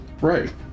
Right